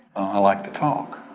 i like to talk.